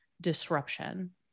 disruption